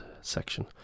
section